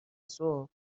صبح